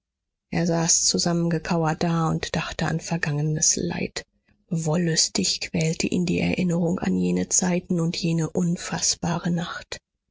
er saß zusammengekauert da und dachte an vergangenes leid wollüstig quälte ihn die erinnerung an jene zeiten und jene unfaßbare nacht